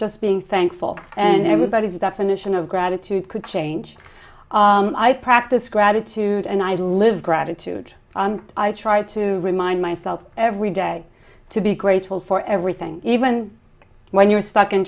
just being thankful and everybody's definition of gratitude could change i practice gratitude and i live gratitude i try to remind myself every day to be grateful for everything even when you're stuck in